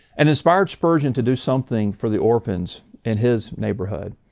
and inspired spurgeon to do something for the orphans in his neighborhood.